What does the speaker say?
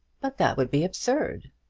but that would be absurd.